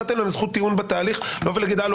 אפילו לא נתתם להם זכות טיעון בתהליך להגיד קודם